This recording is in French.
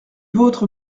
vôtre